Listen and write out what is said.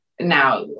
now